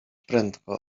prędko